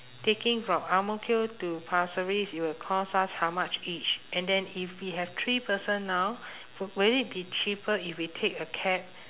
taking from ang mo kio to pasir ris it will cost us how much each and then if we have three person now w~ will it be cheaper if we take a cab